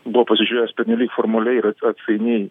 buvo pasižiūrėjęs pernelyg formaliai ir atsainiai